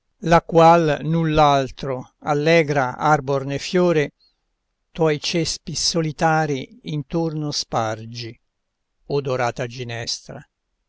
la qual null'altro allegra arbor né fiore tuoi cespi solitari intorno spargi odorata ginestra